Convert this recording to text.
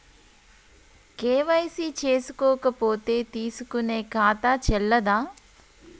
KYC చేసుకోకపోతే తీసుకునే ఖాతా చెల్లదా?